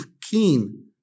keen